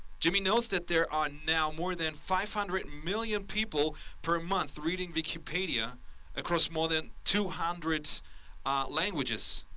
jimmy knows that there are now more than five hundred million people per month reading wikipedia across more than two hundred languages.